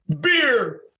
beer